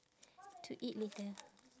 to eat later